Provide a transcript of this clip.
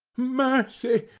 mercy!